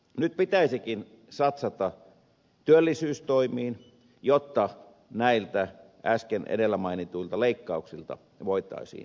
nyt pitäisikin satsata työllisyystoimiin jotta näiltä edellä mainituilta leikkauksilta voitaisiin